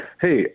Hey